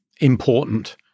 important